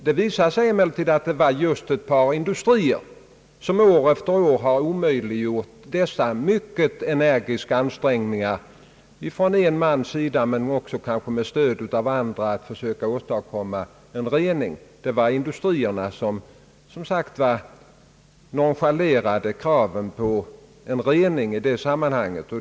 Det visade sig emellertid att ett par industrier år efter år omöjliggjort ett resultat av dessa mycket energiska ansträngningar från en mans sida med stöd av andra att försöka åstadkomma en rening av vattendraget. Det var industrierna som nonchalerade kraven på en rening.